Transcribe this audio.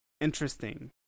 interesting